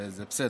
זה בסדר.